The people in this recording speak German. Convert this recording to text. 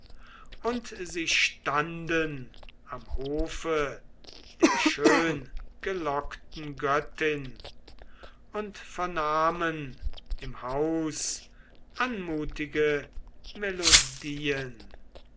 und sie standen am hofe der schöngelocketen göttin und vernahmen im haus anmutige melodieen